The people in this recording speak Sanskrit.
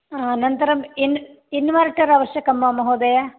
अनन्तरम् इन् इन्वर्टर् अवश्यकं वा महोदय